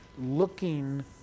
looking